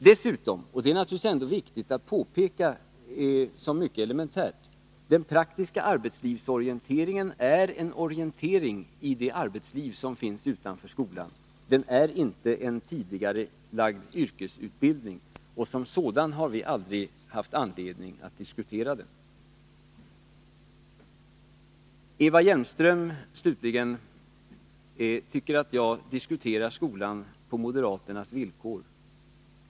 Dessutom — det är naturligtvis ändå viktigt att påpeka som mycket elementärt — är den praktiska arbetslivsorienteringen en orientering i det arbetsliv som finns utanför skolan. Den är inte tidigarelagd yrkesutbildning. Som sådan har vi aldrig haft anledning att diskutera den. Eva Hjelmström slutligen tycker att jag diskuterar skolan på moderaternas villkor.